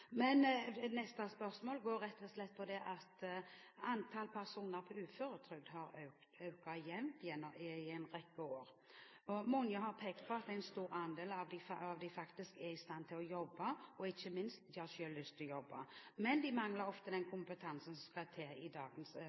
neste spørsmålet dreier seg om at antallet personer på uføretrygd har økt jevnt i en rekke år. Mange har pekt på at en stor andel av disse faktisk er i stand til å jobbe, og de har ikke minst selv lyst til å jobbe. Men de mangler ofte den kompetansen som må til i dagens